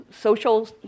social